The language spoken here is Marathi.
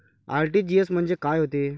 आर.टी.जी.एस म्हंजे काय होते?